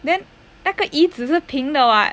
then 那个椅子是平的 [what]